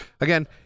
again